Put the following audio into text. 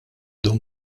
dun